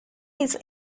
his